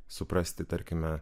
suprasti tarkime